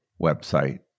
website